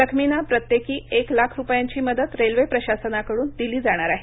जखमींना प्रत्येकी एक लाख रुपयांची मदत रेल्वे प्रशासनाकडून दिली जाणार आहे